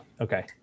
Okay